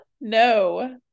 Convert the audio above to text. no